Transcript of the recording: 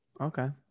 Okay